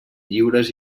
lliures